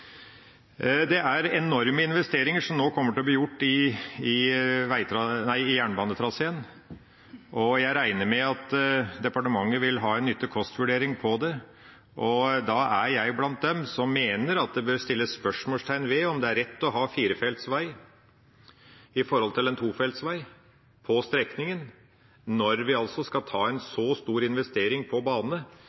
Det er enorme investeringer som nå kommer til å bli gjort på jernbanetraseen, og jeg regner med at departementet vil ha en kost–nytte-vurdering av det. Da er jeg blant dem som mener at det bør settes spørsmålstegn ved om det er rett å ha en firefelts vei i forhold til en tofelts vei på strekningen, når vi skal gjøre en så stor investering på